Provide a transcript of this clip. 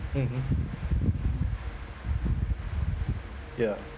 mmhmm ya